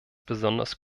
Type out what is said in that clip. besonders